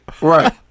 Right